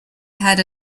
had